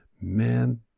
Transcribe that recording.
man